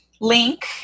link